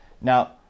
Now